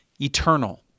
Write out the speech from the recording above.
eternal